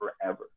forever